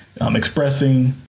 expressing